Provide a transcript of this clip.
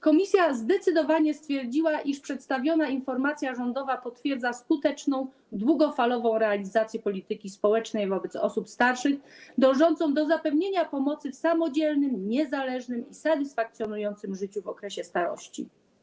Komisja zdecydowanie stwierdziła, iż przedstawiona informacja rządowa potwierdza skuteczną, długofalową realizację polityki społecznej wobec osób starszych dążącą do zapewnienia pomocy w samodzielnym, niezależnym i satysfakcjonującym życiu w okresie starości.